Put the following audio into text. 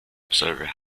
observer